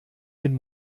den